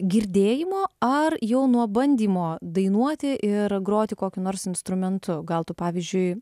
girdėjimo ar jau nuo bandymo dainuoti ir groti kokiu nors instrumentu gal tu pavyzdžiui